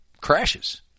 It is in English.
crashes